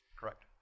Correct